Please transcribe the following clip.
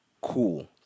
cool